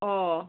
অঁ